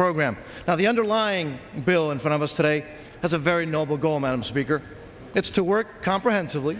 program now the underlying bill in front of us today has a very noble goal amounts bigger it's to work comprehensively